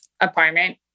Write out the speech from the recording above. apartment